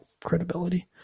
credibility